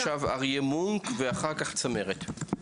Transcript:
עכשיו אריה מונק, ואחר כך צמרת.